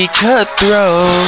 cutthroat